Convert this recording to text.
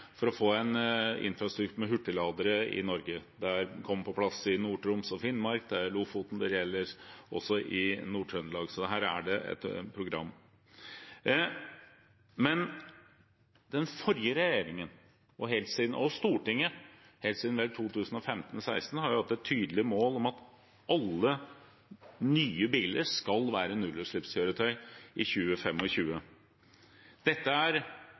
for å få en infrastruktur med hurtigladere i Norge. Det kommer på plass i Nord-Troms og Finnmark, i Lofoten og også i Nord-Trøndelag. Så her er det et program. Den forrige regjeringen, og Stortinget, har jo helt siden vel 2015/2016 hatt et tydelig mål om at alle nye biler skal være nullutslippskjøretøy i 2025. Dette står ikke i Hurdalsplattformen. Der er